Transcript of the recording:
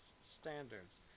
standards